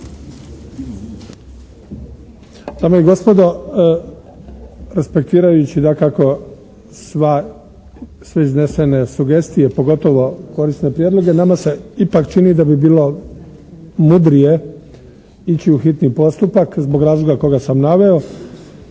Dame i gospodo respektirajući dakako sva, sve iznesene sugestije pogotovo korisne prijedloge nama se ipak čini da bi bilo mudrije ići u hitni postupak zbog razloga koga sam naveo,